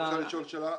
אפשר לשאול שאלה?